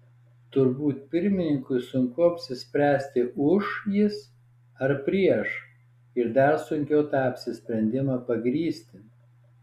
turbūt pirmininkui sunku apsispręsti už jis ar prieš ir dar sunkiau tą apsisprendimą pagrįsti